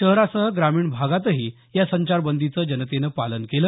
शहरासह ग्रामीण भागातही या संचारबंदीचं जनतेनं पालन केलं